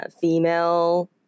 female